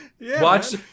Watch